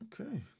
Okay